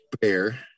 bear